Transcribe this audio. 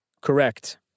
Correct